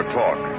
talk